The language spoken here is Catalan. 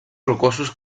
rocosos